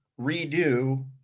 redo